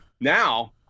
now